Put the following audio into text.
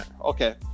Okay